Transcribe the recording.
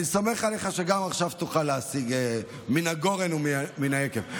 אני סומך עליך שגם עכשיו תוכל להשיג מן הגורן ומן היקב.